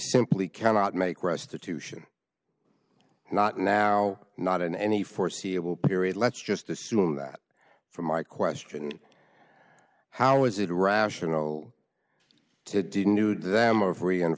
simply cannot make restitution not now not in any foreseeable period let's just assume that for my question how is it irrational to didn't do them or free